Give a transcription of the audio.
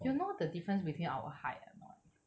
you know what the difference between our height or not